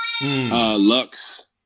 Lux